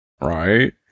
right